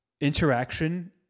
interaction